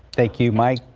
thank you mike.